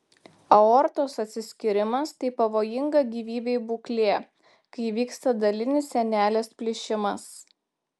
aortos atsiskyrimas tai pavojinga gyvybei būklė kai įvyksta dalinis sienelės plyšimas